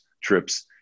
trips